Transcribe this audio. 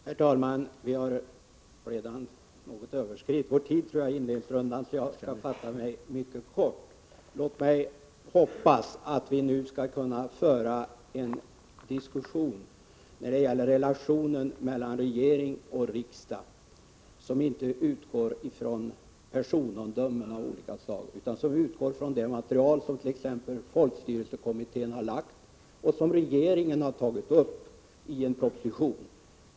Herr talman! Jag tror att vi redan har något överskridit vår tid för inledningsrundan, så jag skall fatta mig mycket kort. Låt mig bara säga att jag hoppas att vi nu skall kunna föra en diskussion när det gäller relationen mellan regering och riksdag som inte utgår från personomdömen av olika slag utan från det material som t.ex. folkstyrelsekommittén har lagt fram och som regeringen har tagit upp i en proposition.